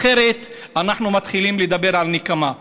אחרת אנחנו מתחילים לדבר על נקמה.